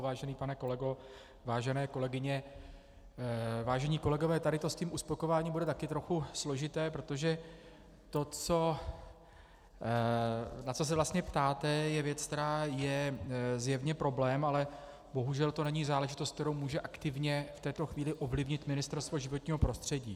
Vážený pane kolego, vážené kolegyně, vážení kolegové, tady to s tím uspokojováním bude taky trochu složité, protože to, na co se vlastně ptáte, je věc, která je zjevně problém, ale bohužel to není záležitost, kterou může aktivně v této chvíli ovlivnit Ministerstvo životního prostředí.